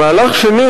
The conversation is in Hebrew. מהלך שני,